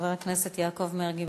חבר הכנסת יעקב מרגי,